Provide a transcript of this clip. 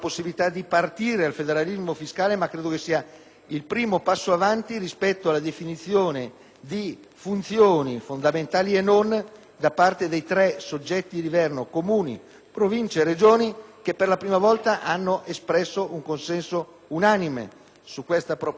il primo passo avanti rispetto alla definizione di funzioni, fondamentali e non, da parte dei tre soggetti di governo (Comuni, Province e Regioni) che per la prima volta hanno espresso un consenso unanime su questa proposta. Il Governo si impegna